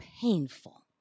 painful